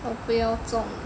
我不要中